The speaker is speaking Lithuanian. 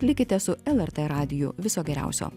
likite su lrt radiju viso geriausio